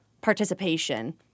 participation